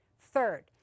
Third